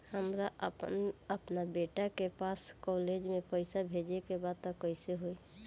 हमरा अपना बेटा के पास कॉलेज में पइसा बेजे के बा त कइसे होई?